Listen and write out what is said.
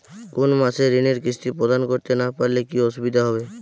কোনো মাসে ঋণের কিস্তি প্রদান করতে না পারলে কি অসুবিধা হবে?